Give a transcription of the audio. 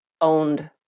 owned